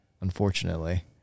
unfortunately